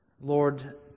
Lord